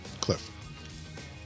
Cliff